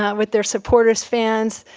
ah with their supporters, fans,